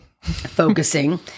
focusing